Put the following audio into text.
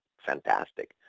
fantastic